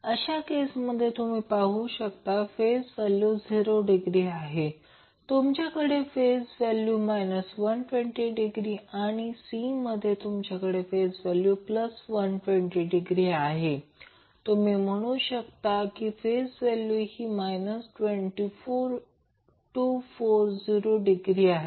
तर अशा केसमध्ये तुम्ही पाहू शकता फेज व्हॅल्यू 0 डिग्री आहे तुमच्याकडे फेज व्हॅल्यू 120 डिग्री आणि C मध्ये तुमच्याकडे फेज व्हॅल्यू 120 डिग्री आहे आणि तुम्ही येथे म्हणू शकता फेज व्हॅल्यू ही 240 डिग्री आहे